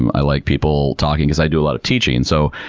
and i like people talking because i do a lot of teaching. so,